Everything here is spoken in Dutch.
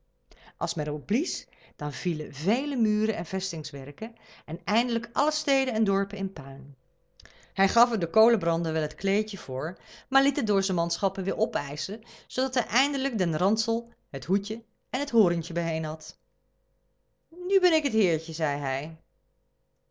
als men er op blies dan vielen vele muren en vestingwerken en eindelijk alle steden en dorpen in puin hij gaf er den kolenbrander wel het kleedje voor maar liet het door zijn manschappen weer opeischen zoodat hij eindelijk den ransel het hoedje en het hoorntje bijeen had nu ben ik het heertje zei hij